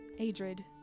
Adrid